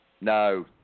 No